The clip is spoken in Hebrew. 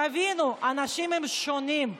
תבינו, אנשים הם שונים,